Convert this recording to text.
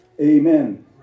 amen